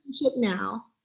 now